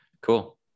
Cool